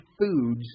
foods